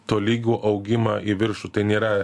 tolygų augimą į viršų tai nėra